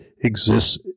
exists